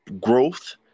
growth